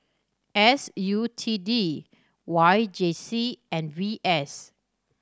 S U T D Y J C and V S